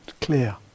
clear